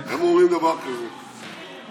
הם אומרים דבר כזה, פשוט: